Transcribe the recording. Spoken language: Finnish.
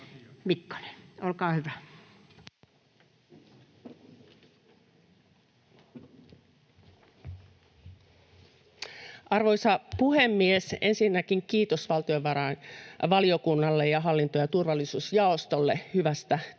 Content: Arvoisa puhemies! Ensinnäkin kiitos valtiovarainvaliokunnalle ja hallinto- ja turvallisuusjaostolle hyvästä työstä,